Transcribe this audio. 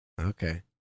Okay